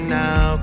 now